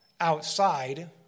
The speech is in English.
outside